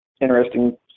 interesting